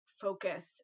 focus